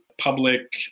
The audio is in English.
public